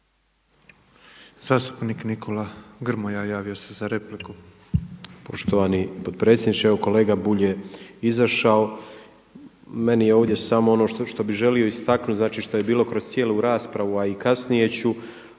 Zastupnik Nikola Grmoja javio se za repliku.